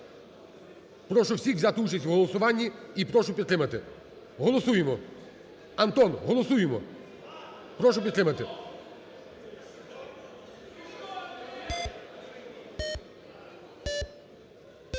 Прошу всіх взяти участь в голосуванні і прошу підтримати. Голосуємо. Антон, голосуємо! Прошу підтримати.